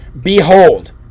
Behold